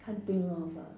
can't think of ah